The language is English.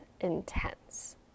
intense